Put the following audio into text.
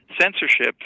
Censorship